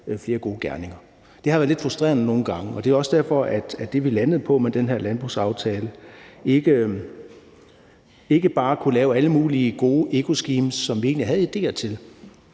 her gode gerninger. Det har nogle gange været lidt frustrerende. Det er også derfor, at det, vi landede på med den her landbrugsaftale, ikke bare var at kunne lave alle mulige gode eco schemes, som vi egentlig havde idéer til,